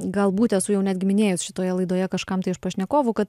galbūt esu jau netgi minėjus šitoje laidoje kažkam tai iš pašnekovų kad